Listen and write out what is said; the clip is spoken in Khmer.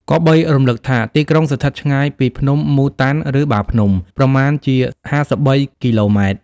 គប្បីរំលឹកថា ទីក្រុងស្ថិតឆ្ងាយពីភ្នំ ម៉ូ តាន់ ឬ បាភ្នំ ប្រមាណជា ៥៣ គីឡូម៉ែត្រ ។